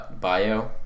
bio